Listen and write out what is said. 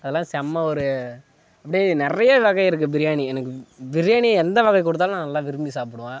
அதெல்லாம் செம்ம ஒரு அப்படியே நிறைய வகை இருக்குது பிரியாணி எனக்கு பிரியாணி எந்த வகை கொடுத்தாலும் நான் நல்லா விரும்பி சாப்பிடுவேன்